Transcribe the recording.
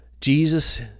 Jesus